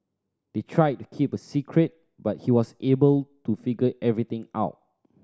they tried to keep it a secret but he was able to figure everything out